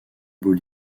beaux